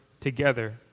together